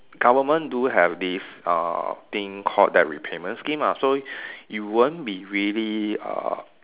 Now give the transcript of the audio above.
government do have this uh thing called debt repayment scheme so you won't be really uh